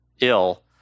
ill